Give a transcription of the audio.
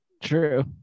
true